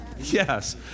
Yes